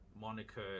Monica